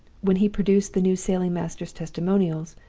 when he produced the new sailing-master's testimonials,